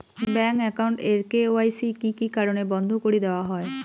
Bank account এর KYC কি কি কারণে বন্ধ করি দেওয়া হয়?